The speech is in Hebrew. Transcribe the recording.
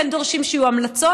כן דורשים שיהיו המלצות,